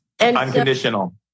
Unconditional